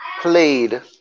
played